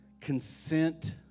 Consent